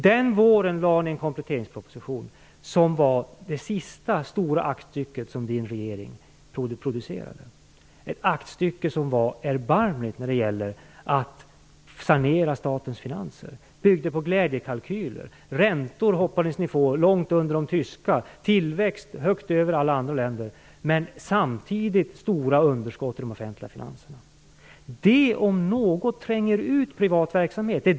Den våren lade ni en kompletteringsproposition som var det sista stora aktstycke er regering producerade. Det var ett erbarmligt aktstycke när det gällde att sanera statens finanser. Det byggde på glädjekalkyler. Ni hoppades få räntor långt under de tyska och tillväxt högt över alla andra länder, men samtidigt hade ni stora underskott i de offentliga finanserna. Det om något tränger ut privat verksamhet.